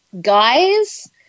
guys